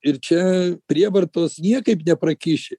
ir čia prievartos niekaip neprakiši